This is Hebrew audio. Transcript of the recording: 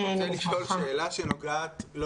אני רוצה לשאול שאלה לא למספרים,